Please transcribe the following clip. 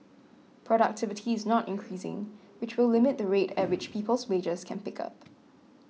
productivity is not increasing which will limit the rate at which people's wages can pick up